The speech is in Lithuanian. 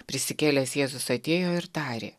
prisikėlęs jėzus atėjo ir tarė